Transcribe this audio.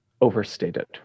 overstated